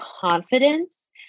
confidence